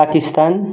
Pakistan